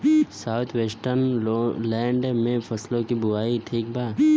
South western lowland में फसलों की बुवाई ठीक बा?